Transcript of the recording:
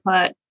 put